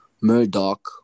murdoch